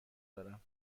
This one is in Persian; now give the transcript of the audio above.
دارم